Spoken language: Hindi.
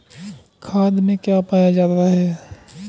खाद में क्या पाया जाता है?